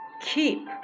keep